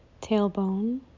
tailbone